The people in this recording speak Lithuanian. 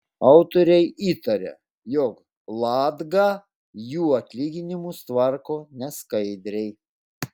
autoriai įtaria jog latga jų atlyginimus tvarko neskaidriai